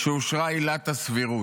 כשאושרה עילת הסבירות.